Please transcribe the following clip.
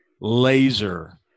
Laser